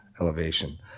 elevation